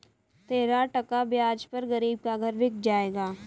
तेरह टका ब्याज पर गरीब का घर बिक जाएगा